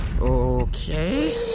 Okay